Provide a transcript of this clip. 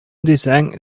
дисәң